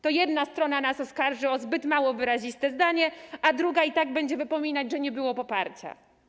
To jedna strona oskarży nas o zbyt mało wyraziste zdanie, a druga i tak będzie wypominać, że nie było poparcia.